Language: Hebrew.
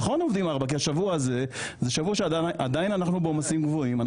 אז השבוע הזה זה שבוע שעדיין אנחנו בעומסים גבוהים,